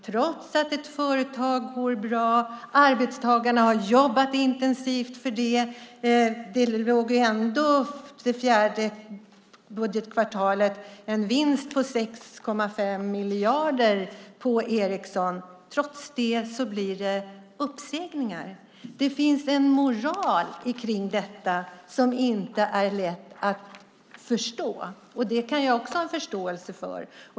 Trots att ett företag går bra och arbetstagarna har jobb - det fjärde budgetkvartalet hade Ericsson ändå en vinst på 6,5 miljarder - blir det uppsägningar. Det finns en moral kring detta som inte är lätt att förstå. Det kan jag också ha förståelse för.